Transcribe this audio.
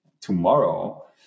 tomorrow